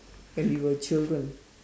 when we were children